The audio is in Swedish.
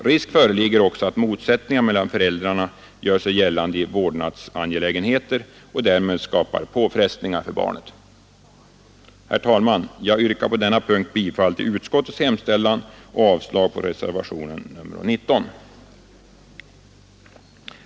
Risk föreligger också att motsättningar mellan föräldrarna gör sig gällande i vårdnadsangelägenheter och därmed skapar påfrestningar för barnet. Herr talman! Jag yrkar på denna punkt bifall till utskottets hemställan och avslag på reservationen 19.